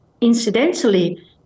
incidentally